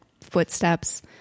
footsteps